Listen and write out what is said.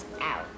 out